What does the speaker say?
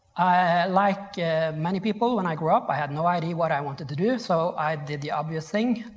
i, like many people when i grew up, i had no idea what i wanted to do so i did the obvious thing,